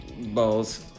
balls